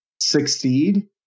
succeed